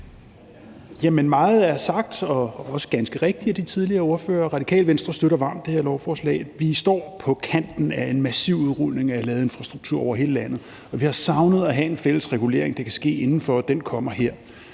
Meget er sagt, og også ganske rigtigt af de forrige ordførere, og Radikale Venstre støtter varmt det her lovforslag. Vi står på kanten af en massiv udrulning af ladeinfrastruktur over hele landet, og vi har savnet at have en fælles regulering, det kan ske inden for, og den kommer her.